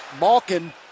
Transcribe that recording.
Malkin